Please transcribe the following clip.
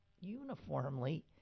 uniformly